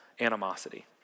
animosity